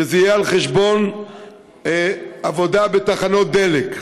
שזה יהיה על חשבון עבודה בתחנות דלק.